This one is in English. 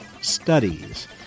studies